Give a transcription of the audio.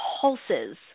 pulses